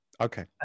okay